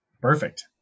Perfect